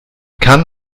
kann